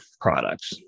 products